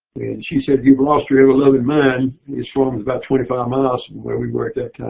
she said you've lost your ever loving mind. this farm was about twenty five miles from where we were at that